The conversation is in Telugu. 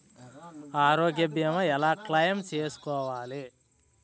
ఆరోగ్య భీమా ఎలా క్లైమ్ చేసుకోవాలి?